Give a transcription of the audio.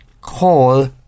call